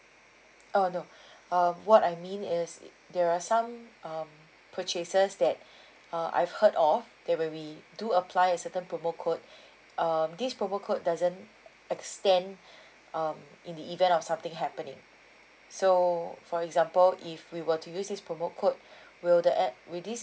uh no um what I mean is it there are some um purchases that uh I've heard of that when we do apply a certain promo code um this promo code doesn't extend um in the event of something happening so for example if we were to use this promo code will that a~ will this